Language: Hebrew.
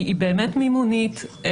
היא באמת מימונית.